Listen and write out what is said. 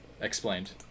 explained